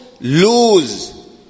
lose